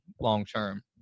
long-term